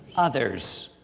others.